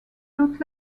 not